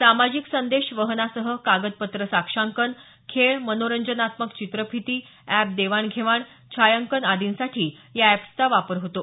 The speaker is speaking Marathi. सामाजिक संदेश वहनासह कागद पत्र साक्षांकन खेळ मनोरंजनात्मक चित्रफिती अॅप देवाण घेवाण छायांकन आदींसाठी या अॅप्सचा वापर होतो